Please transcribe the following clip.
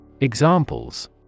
Examples